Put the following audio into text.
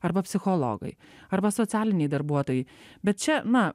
arba psichologai arba socialiniai darbuotojai bet čia na